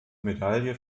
medaille